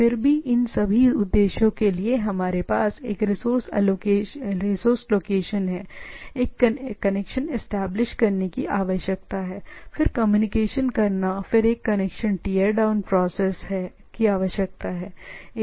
फिर भी इन सभी उद्देश्यों के लिए हमारे पास एक रिसोर्स लोकेशन है एक कनेक्शन इस्टैबलिश्ड करने की आवश्यकता है फिर कम्युनिकेशन और फिर एक कनेक्शन टियर डाउन प्रोसेस की आवश्यकता है